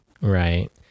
right